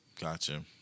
Gotcha